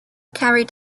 carried